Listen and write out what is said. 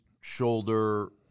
shoulder